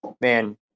man